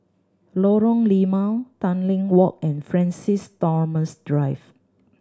Lorong Limau Tanglin Walk and Francis Thomas Drive